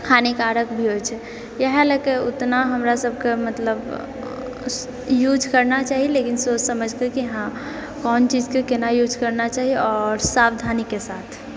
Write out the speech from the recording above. हानिकारक भी होए छै इहए लएके ओतना हमरा सबकेँ मतलब यूज करना चाही लेकिन सोच समझके कि हँ कोन चीजके केना यूज करना चाही आओर सावधानीके साथ